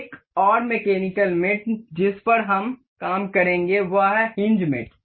एक और mechanical mate जिस पर हम काम करेंगे वह है हिन्ज मेट